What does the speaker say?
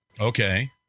Okay